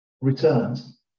returns